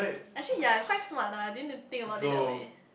actually ya he quite smart ah I didn't think about it that way